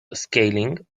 scaling